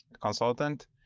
consultant